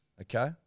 Okay